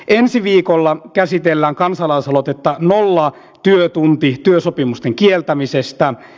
ensi viikolla käsitellään kansalaisaloitetta nollatuntityösopimusten kieltämisestä